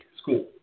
school